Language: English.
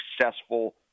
successful